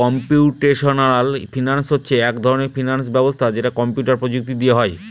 computational finance হচ্ছে এক ধরনের ফিনান্স ব্যবস্থা যেটা কম্পিউটার প্রযুক্তি দিয়ে হয়